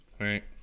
right